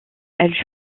elle